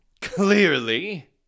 Clearly